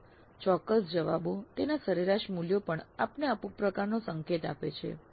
વધુમાં ચોક્કસ જવાબો તેના સરેરાશ મૂલ્યો પણ આપને અમુક પ્રકારનો સંકેત આપે છે